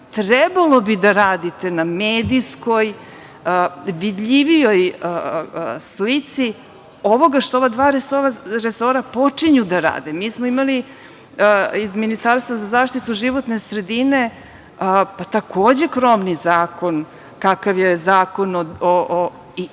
trebalo bi da radite na medijskoj vidljivijoj slici ovoga što ova dva resora počinju da rade. Imali smo iz Ministarstva za zaštitu životne sredine, pa takođe, krovni zakon kakav je zakon,